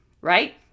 Right